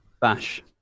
Bash